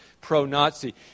pro-Nazi